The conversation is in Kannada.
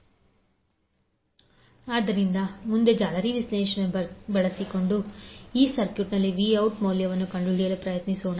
78°A ಆದ್ದರಿಂದ ಮುಂದೆ ಜಾಲರಿ ವಿಶ್ಲೇಷಣೆಯನ್ನು ಬಳಸಿಕೊಂಡು ಈ ಸರ್ಕ್ಯೂಟ್ನಲ್ಲಿ V0 ಮೌಲ್ಯವನ್ನು ಕಂಡುಹಿಡಿಯಲು ಪ್ರಯತ್ನಿಸೋಣ